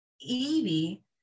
Evie